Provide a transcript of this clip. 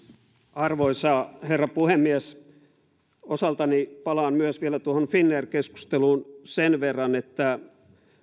arvoisa herra puhemies osaltani myös palaan vielä tuohon finnair keskusteluun sen verran että